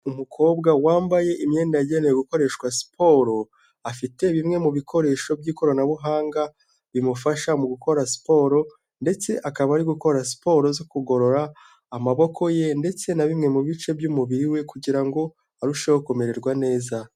Umukobwa wambaye imyenda yagenewe gukoreshwa siporo afite bimwe mu bikoresho by'ikoranabuhanga bimufasha mu gukora siporo ndetse akaba ari gukora siporo zo kugorora amaboko ye ndetse na bimwe mu bice by'umubiri we kugira ngo arusheho kumererwa neza.